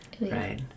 right